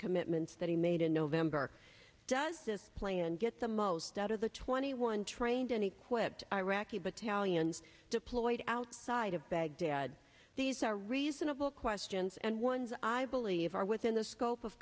commitments that he made in november does this play and get the most out of the twenty one trained and equipped iraqi battalions deployed outside of baghdad these are reasonable questions and ones i believe are within the scope of